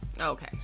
Okay